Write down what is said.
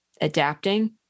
adapting